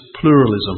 pluralism